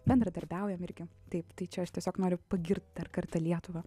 bendradarbiaujam irgi taip tai čia aš tiesiog noriu pagirt dar kartą lietuvą